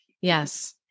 Yes